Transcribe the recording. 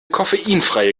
koffeinfreie